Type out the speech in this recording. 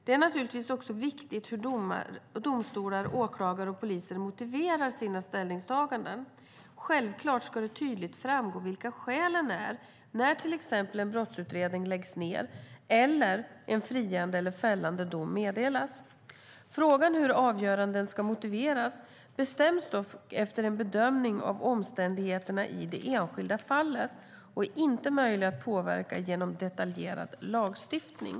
Det är naturligtvis också viktigt hur domstolar, åklagare och poliser motiverar sina ställningstaganden. Självklart ska det tydligt framgå vilka skälen är när till exempel en brottsutredning läggs ned eller en friande eller fällande dom meddelas. Frågan hur avgöranden ska motiveras bestäms dock efter en bedömning av omständigheterna i det enskilda fallet och är inte möjlig att påverka genom detaljerad lagstiftning.